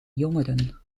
jongeren